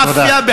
מאפיה, תודה.